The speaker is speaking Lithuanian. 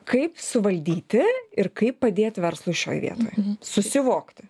kaip suvaldyti ir kaip padėt verslui šioj vietoj susivokti